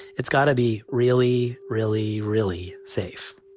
it's got to be really, really, really safe